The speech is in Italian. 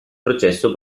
processo